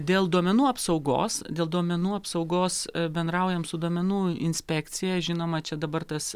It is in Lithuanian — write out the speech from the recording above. dėl duomenų apsaugos dėl duomenų apsaugos bendraujam su duomenų inspekcija žinoma čia dabar tas